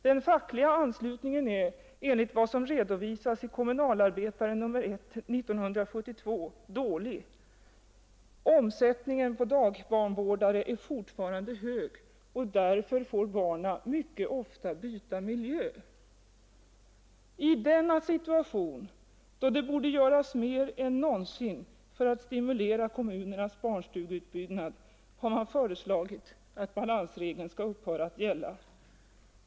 Den fackliga anslutningen är enligt vad som redovisas i Kommunalarbetaren nr 1 år 1972 dålig. Omsättningen på dagbarnvårdare är fortfarande hög, och därför får barnen mycket ofta byta miljö. I denna situation, då det borde göras mer än någonsin för att stimulera kommunernas barnstugeutbyggnad, har man föreslagit att balansregeln skall upphöra att gälla.